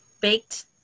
baked